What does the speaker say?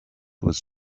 was